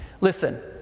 Listen